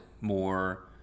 more